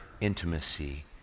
intimacy